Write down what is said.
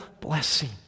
blessing